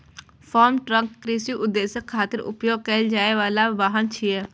farm truck कृषि उद्देश्य खातिर उपयोग कैल जाइ बला वाहन छियै